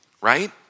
Right